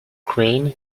crane